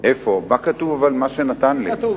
אבל מה כתוב במה שהוא נתן לי?